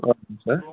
हजुर सर